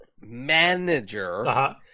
manager